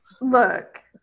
Look